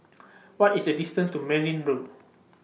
What IS The distant to Merryn Road